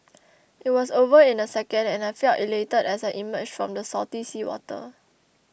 it was over in a second and I felt elated as I emerged from the salty seawater